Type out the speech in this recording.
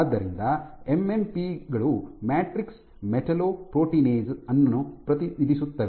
ಆದ್ದರಿಂದ ಎಂಎಂಪಿ ಗಳು matrix metalloproteinase ಅನ್ನು ಪ್ರತಿನಿಧಿಸುತ್ತವೆ